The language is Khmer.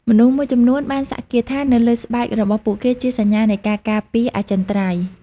មនុស្សមួយចំនួនបានសាក់គាថានៅលើស្បែករបស់ពួកគេជាសញ្ញានៃការការពារអចិន្ត្រៃយ៍។